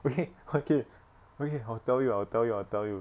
okay okay okay I'll tell you I'll tell you I'll tell you